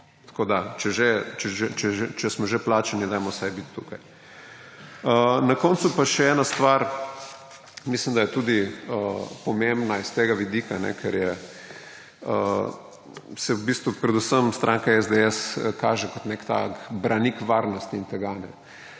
enako. Če smo že plačani, bodimo vsaj tukaj. Na koncu pa še ena stvar, mislim, da je tudi pomembna s tega vidika, ker se v bistvu predvsem stranka SDS kaže kot nek branik varnosti in tega.